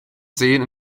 seen